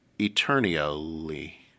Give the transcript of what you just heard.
eternally